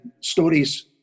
stories